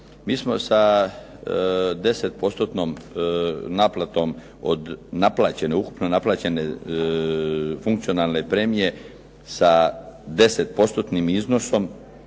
Mi smo sa 10%-tnom naplatom od naplaćene, ukupno naplaćene funkcionalne premije sa 10%-tnim iznosom